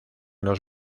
los